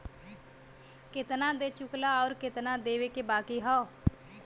केतना दे चुकला आउर केतना देवे के बाकी हौ